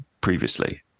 previously